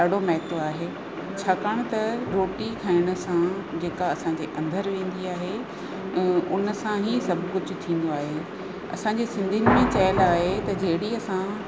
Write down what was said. ॾाढो महत्व आहे छाकाणि त रोटी खाइण सां जेका असांजे अंदरु वेंदी आहे ऐं उन सां ई सभु कुझु थींदो आहे असांजे सिंधियुनि में चइबो आहे जहिड़ी असां